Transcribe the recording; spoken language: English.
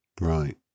Right